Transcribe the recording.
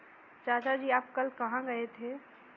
चाचा जी आप कल कहां गए थे?